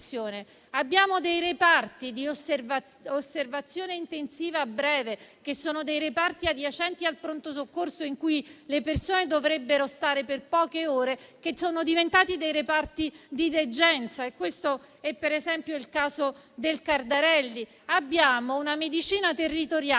Abbiamo dei reparti di osservazione intensiva breve, che sono dei reparti adiacenti al pronto soccorso in cui le persone dovrebbero stare per poche ore e che sono diventati dei reparti di degenza, come, ad esempio, nel caso del Cardarelli. Abbiamo una medicina territoriale